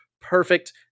perfect